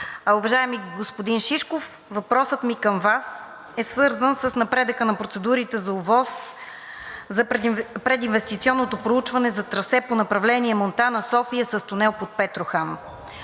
Уважаеми господин Шишков, въпросът ми към Вас е свързан с напредъка на процедурите за ОВОС за прединвестиционното проучване за трасе по направление Монтана – София с тунел под Петрохан.